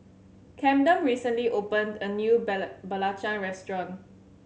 Camden recently opened a new belacan restaurant